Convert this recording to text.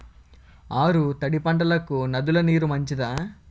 ఆరు తడి పంటలకు నదుల నీరు మంచిదా?